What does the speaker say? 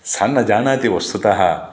सा न जानाति वस्तुतः